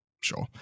sure